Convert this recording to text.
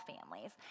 families